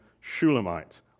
Shulamite